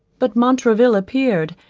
but montraville appeared,